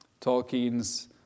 Tolkien's